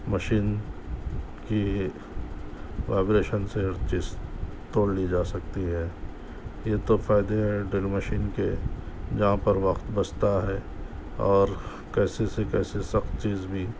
machine کی vibration سے ہر چیز توڑی لی جا سکتی ہے یہ تو فائدے ہیں ڈرل مشین کے جہاں پر وقت بچتا ہے اور کیسی سے کیسی سخت چیز بھی